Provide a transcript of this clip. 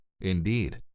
Indeed